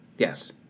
Yes